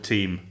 Team